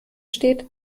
steht